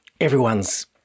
everyone's